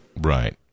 Right